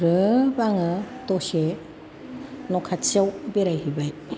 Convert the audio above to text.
ग्रोब आङो दसे न' खाथियाव बेराय हैबाय